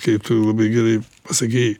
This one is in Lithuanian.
kai tu labai gerai pasakei